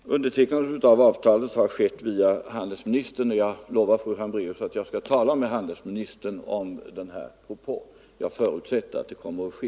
Herr talman! Undertecknandet av avtalet har skett via handelsministern. Jag lovar fru Hambraeus att jag skall tala med handelsministern om den här propån; jag förutsätter att det kommer att ske.